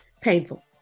painful